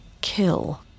kill